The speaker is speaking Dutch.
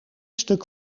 stuk